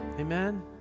Amen